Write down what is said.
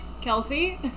Kelsey